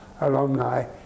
alumni